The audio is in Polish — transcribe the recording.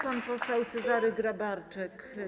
Pan poseł Cezary Grabarczyk.